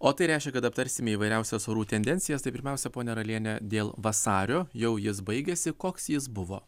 o tai reiškia kad aptarsim įvairiausias orų tendencijas tai pirmiausia ponia račiene dėl vasario jau jis baigiasi koks jis buvo